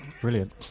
Brilliant